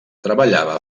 treballava